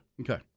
Okay